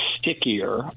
stickier